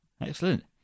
excellent